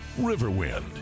Riverwind